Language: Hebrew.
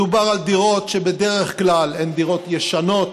מדובר על דירות שבדרך כלל הן דירות ישנות,